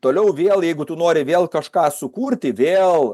toliau vėl jeigu tu nori vėl kažką sukurti vėl